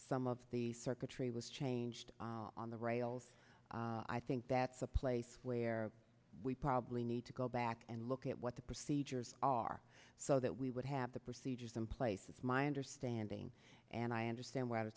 some of the circuitry was changed on the rails i think that's a place where we probably need to go back and look at what the procedures are so that we would have the procedures in place it's my understanding and i understand why the